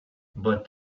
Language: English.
but